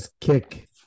kick